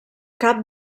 cap